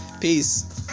Peace